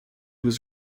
was